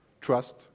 trust